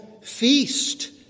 feast